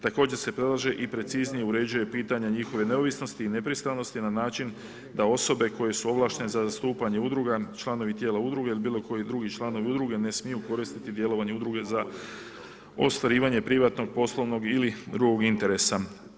Također se predlaže i preciznije uređuje pitanje njihove neovisnosti i nepristranosti na način da osobe koje su ovlaštene za zastupanja udruga, članovi tijela udruga ili bilo koji drugi članovi udruge ne smiju koristiti djelovanje udruge za ostvarivanje privatnog, poslovnog ili drugog interesa.